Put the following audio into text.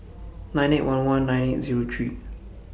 nine eight one one nine eight Zero three